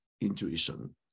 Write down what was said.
intuition